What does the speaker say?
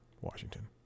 Washington